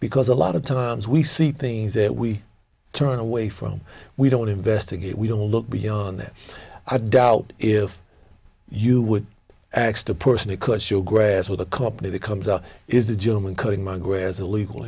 because a lot of times we see things that we turn away from we don't investigate we don't look beyond that i doubt if you would x to person it could show grass with a company that comes up is the german coding my gran's illegal